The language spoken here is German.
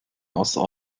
außer